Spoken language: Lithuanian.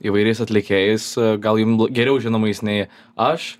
įvairiais atlikėjais gal jum geriau žinomais nei aš